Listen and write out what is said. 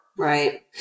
Right